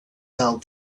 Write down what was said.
sell